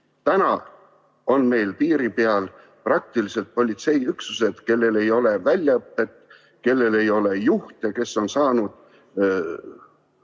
Täna on meil piiri peal praktiliselt politseiüksused, kellel ei ole väljaõpet, kellel ei ole juhte, kes on saanud